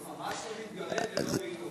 אני ממש לא מתגרד ולא באי-נוחות.